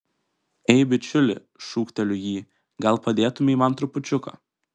ei bičiuli šūkteliu jį gal padėtumei man trupučiuką